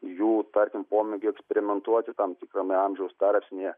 jų tarkim pomėgio eksperimentuoti tam tikrame amžiaus tarpsnyje